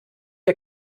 ihr